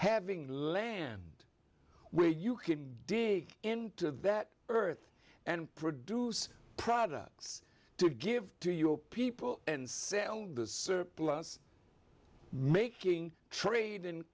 having land where you can dig into that earth and produce products to give to your people and sell the surplus making trade